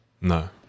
No